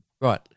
Right